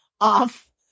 off